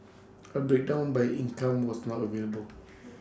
A breakdown by income was not available